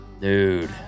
Dude